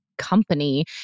company